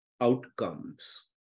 outcomes